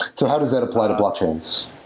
so how does that apply to blockchains?